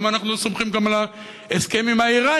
אז למה אנחנו לא סומכים גם על ההסכם עם האיראנים?